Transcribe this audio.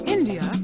India